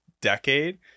decade